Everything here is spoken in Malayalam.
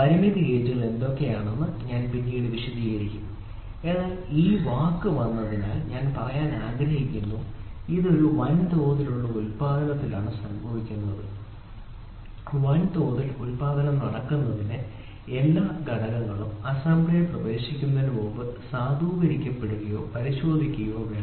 പരിമിതി ഗേജുകൾ എന്തൊക്കെയാണ് എന്ന് പിന്നീട് വിശദീകരിക്കും എന്നാൽ ഈ വാക്ക് വന്നതിനാൽ ഞാൻ പറയാൻ ആഗ്രഹിക്കുന്നു ഇത് ഒരു വൻതോതിലുള്ള ഉൽപാദനത്തിലാണ് സംഭവിക്കുന്നത് വൻതോതിൽ ഉൽപാദനം നടക്കുന്നത് എല്ലാ ഘടകങ്ങളും അസംബ്ലിയിൽ പ്രവേശിക്കുന്നതിന് മുമ്പ് സാധൂകരിക്കപ്പെടുകയോ പരിശോധിക്കുകയോ ചെയ്യും